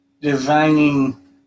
designing